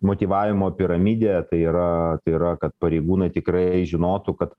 motyvavimo piramidė tai yra tai yra kad pareigūnai tikrai žinotų kad